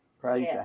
Praise